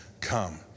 come